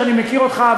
שאני מכיר אותך,